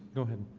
go ahead